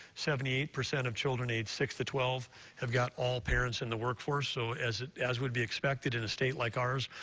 seventy eight percent of children's age six to twelve have all parents in the workforce, so as as would be expected in a state like ours,